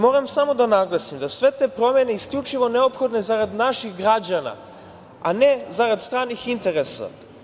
Moram samo da naglasim da sve te promene isključivo su neophodne zarad naših građana, a ne zarad stranih interesa.